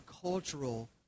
cultural